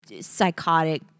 psychotic